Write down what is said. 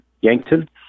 Yankton